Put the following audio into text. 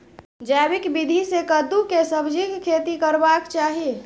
जैविक विधी से कद्दु के सब्जीक खेती करबाक चाही?